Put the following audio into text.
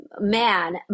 man